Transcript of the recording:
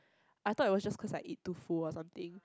I thought it was just cause like I eat too full or something